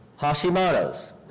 Hashimoto's